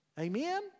Amen